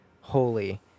holy